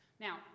Now